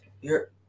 You're